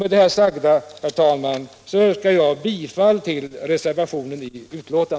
Med det sagda, herr talman, yrkar jag bifall till reservationen.